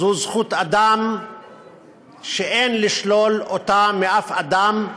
זאת זכות אדם שאין לשלול אותה משום אדם,